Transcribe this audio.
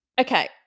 Okay